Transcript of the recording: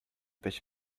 pêche